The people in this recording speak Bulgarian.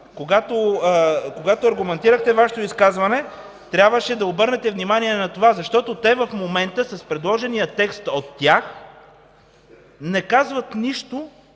когато аргументирахте Вашето изказване, трябваше да обърнете внимание на това, защото те в момента, с предложения текст от тях, не казват нищо,